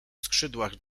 skrzydłach